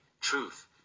truth